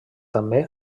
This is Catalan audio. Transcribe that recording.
també